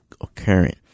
occurring